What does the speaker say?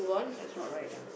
that's not right ah